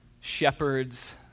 shepherds